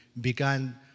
began